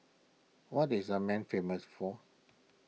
what is Amman famous for